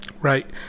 right